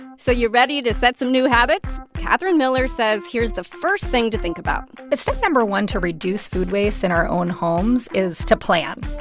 so you're ready to set some new habits? catherine miller says here's the first thing to think about at step no. one to reduce food waste in our own homes is to plan,